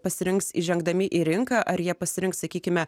pasirinks įžengdami į rinką ar jie pasirinks sakykime